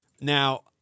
now